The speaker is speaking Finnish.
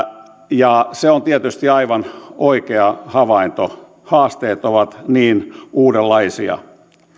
ja se on tietysti aivan oikea havainto haasteet ovat niin uudenlaisia